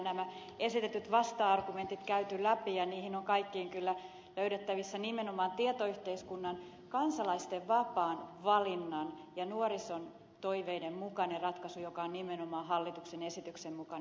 nämä esitetyt vasta argumentit on hallituksen sisällä moneen kertaan käyty läpi ja niihin on kaikkiin kyllä löydettävissä nimenomaan tietoyhteiskunnan kansalaisten vapaan valinnan ja nuorison toiveiden mukainen ratkaisu joka on nimenomaan hallituksen esityksen mukainen ratkaisu